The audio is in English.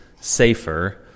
safer